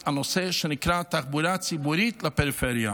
את הנושא שנקרא תחבורה ציבורית לפריפריה,